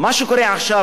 אדוני היושב-ראש,